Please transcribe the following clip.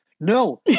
No